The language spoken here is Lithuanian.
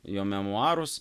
jo memuarus